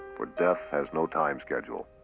for death has no time schedule.